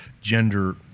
gender